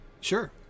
Sure